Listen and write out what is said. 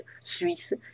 Suisse